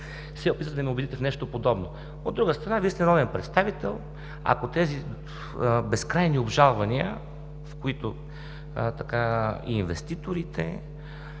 се опитвате да ме убедите в нещо подобно. От друга страна, Вие сте народен представител. Ако тези безкрайни обжалвания, в които инвеститорите